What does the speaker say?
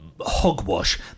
hogwash